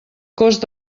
cost